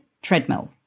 Treadmill